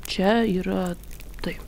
čia yra tai